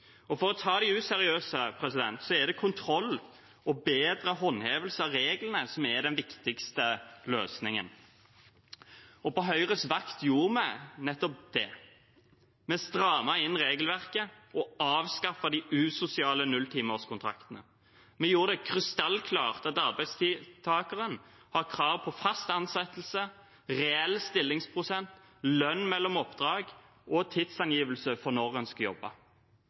For å ta de useriøse er kontroll og bedre håndhevelse av reglene den viktigste løsningen, og på Høyres vakt gjorde vi nettopp det. Vi strammet inn regelverket og avskaffet de usosiale nulltimerskontraktene. Vi gjorde det krystallklart at arbeidstakeren har krav på fast ansettelse, reell stillingsprosent, lønn mellom oppdrag og tidsangivelse for når en skal jobbe.